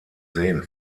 seen